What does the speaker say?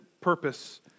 purpose